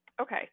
Okay